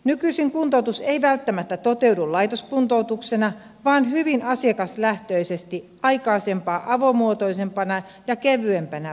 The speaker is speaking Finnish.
nykyisin kuntoutus ei välttämättä toteudu laitoskuntoutuksena vaan hyvin asiakaslähtöisesti aikaisempaa avomuotoisempana ja kevyempänä palveluna